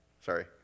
Sorry